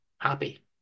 happy